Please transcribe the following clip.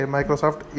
Microsoft